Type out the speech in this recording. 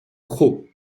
cros